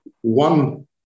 one